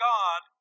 God